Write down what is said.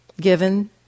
given